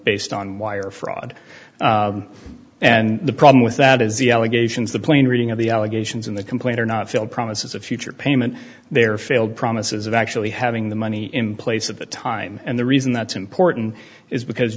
based on wire fraud and the problem with that is the allegations the plain reading of the allegations in the complaint are not filled promises of future payment their failed promises of actually having the money in place at the time and the reason that's important is because